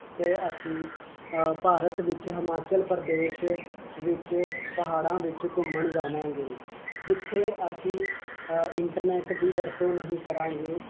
ਅਤੇ ਅਸੀਂ ਭਾਰਤ ਵਿੱਚ ਹਿਮਾਚਲ ਪ੍ਰਦੇਸ਼ ਵਿੱਚ ਪਹਾੜਾਂ ਵਿੱਚ ਘੁੰਮਣ ਜਾਵਾਂਗੇ ਜਿੱਥੇ ਅਸੀਂ ਇੰਟਰਨੈਟ ਦੀ ਵਰਤੋਂ ਨਹੀਂ ਕਰਾਂਗੇ